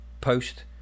post